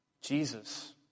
Jesus